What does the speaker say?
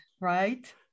right